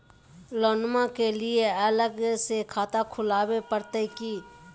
लोनमा के लिए अलग से खाता खुवाबे प्रतय की?